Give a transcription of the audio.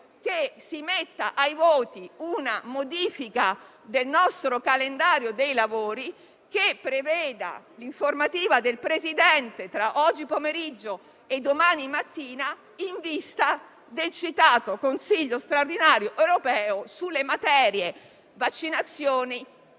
che si metta ai voti una modifica del nostro calendario dei lavori che preveda l'informativa del Presidente, tra oggi pomeriggio e domani mattina, in vista del citato Consiglio straordinario europeo sulle materie delle vaccinazioni,